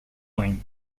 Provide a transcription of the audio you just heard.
length